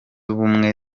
ubumwe